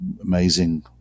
amazing